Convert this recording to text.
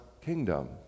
kingdom